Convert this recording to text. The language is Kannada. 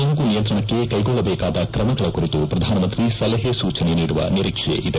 ಸೋಂಕು ನಿಯಂತ್ರಣಕ್ಕೆ ಕೈಗೊಳ್ಳಬೇಕಾದ ಕ್ರಮಗಳ ಕುರಿತು ಪ್ರಧಾನಮಂತ್ರಿ ಸಲಹೆ ಸೂಚನೆ ನೀಡುವ ನಿರೀಕ್ಷೆ ಇದೆ